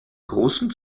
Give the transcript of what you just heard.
großen